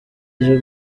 ijwi